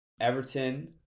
Everton